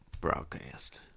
broadcast